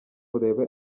urebe